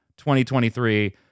2023